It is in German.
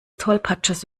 tollpatsches